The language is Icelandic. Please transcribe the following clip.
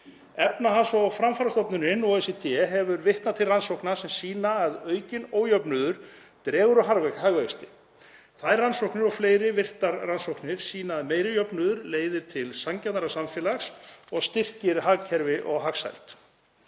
Efnahags- og framfarastofnunin, OECD, hefur vitnað til rannsókna sem sýna að aukinn ójöfnuður dregur úr hagvexti. Þær rannsóknir og fleiri virtar rannsóknir sýna að meiri jöfnuður leiðir til sanngjarnara samfélags og styrkir hagkerfi og hagsæld.